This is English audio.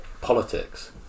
politics